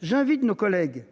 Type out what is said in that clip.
j'invite nos collègues.